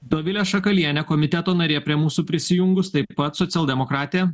dovilė šakalienė komiteto narė prie mūsų prisijungus taip pat socialdemokratė